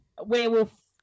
Werewolf